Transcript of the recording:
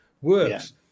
works